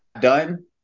done